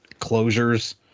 closures